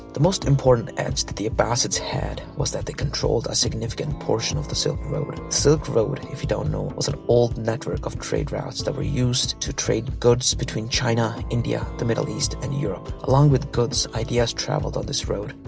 the most important edge that the abbasids had was that they controlled a significant portion of the silk road. the silk road, if you don't know, was an old network of trade routes that were used to trade goods between china, china, india, the middle east and europe. along with goods, ideas travelled on this road.